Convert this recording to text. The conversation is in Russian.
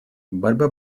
борьба